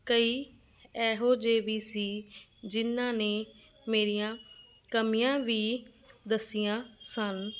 ਕਈ ਇਹੋ ਜਿਹੇ ਵੀ ਸੀ ਜਿਨ੍ਹਾਂ ਨੇ ਮੇਰੀਆਂ ਕਮੀਆਂ ਵੀ ਦੱਸੀਆਂ ਸਨ